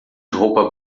roupa